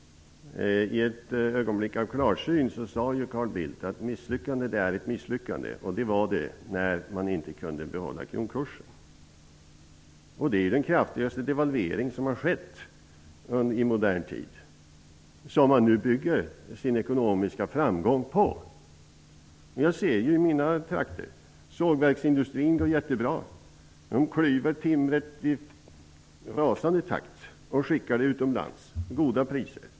I ett ögonblick av klarsyn sade ju Carl Bildt att ett misslyckande är ett misslyckande, och ett sådant var det när man inte kunde behålla kronkursen. Det var den kraftigaste devalvering som har skett i modern tid, och på den bygger man nu sin ekonomiska framgång. I mina trakter ser jag att sågverksindustrin går jättebra. De klyver timret i rasande takt och skickar det utomlands till goda priser.